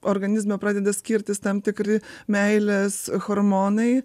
organizme pradeda skirtis tam tikri meilės hormonai